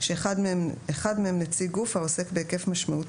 אחד מהם נציג גוף העוסק בהיקף משמעותי